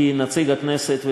כנציג הכנסת,